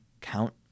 Count